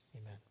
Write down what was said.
amen